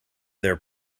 their